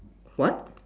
what